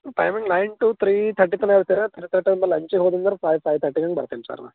timing nine to three thirty ತನ ಇರ್ತಾರೆ three thirty ಆದ್ಮೇಲೆ ಲಂಚಿಗೆ ಹೋದೆನಂದ್ರೆ ಫೈವ್ ಫೈವ್ ತರ್ಟಿ ಹಂಗೆ ಬರ್ತೀನಿ ಸರ್ ನಾ